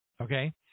okay